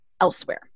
elsewhere